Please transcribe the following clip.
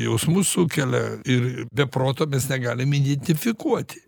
jausmus sukelia ir be proto mes negalim identifikuoti